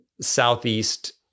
Southeast